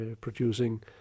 producing